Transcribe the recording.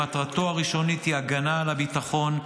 שמטרתו הראשונית היא הגנה על הביטחון,